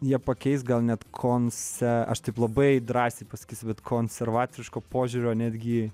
jie pakeis gal net konse aš taip labai drąsiai pasakysiu bet konservatoriško požiūrio netgi